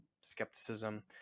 skepticism